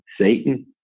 Satan